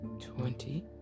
Twenty